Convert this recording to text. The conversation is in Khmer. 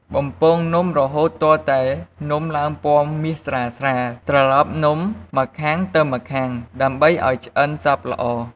បំពងនំរហូតទាល់តែនំឡើងពណ៌មាសស្រាលៗ ត្រឡប់នំម្ខាងទៅម្ខាងដើម្បីឱ្យឆ្អិនសព្វល្អ។